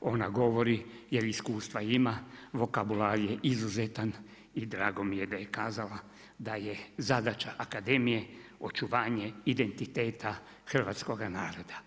ona govori, jer iskustva ima, vokabular je izuzetan i drago mi je da je kazala, da je zadaća Akademija očuvanje identiteta Hrvatskoga naroda.